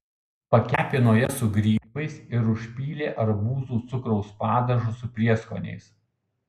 pakepino jas su grybais ir užpylė arbūzų cukraus padažu su prieskoniais